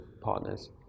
partners